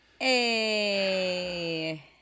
Hey